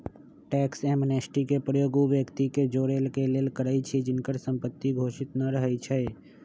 tax amnesty के प्रयोग उ व्यक्ति के जोरेके लेल करइछि जिनकर संपत्ति घोषित न रहै छइ